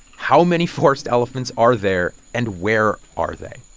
how many forest elephants are there, and where are they?